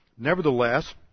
Nevertheless